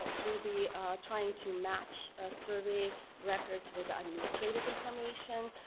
we'll be trying to match survey records with the administrative information